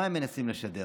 מה הם מנסים לשדר,